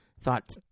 Thought